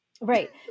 Right